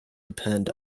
depend